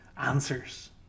answers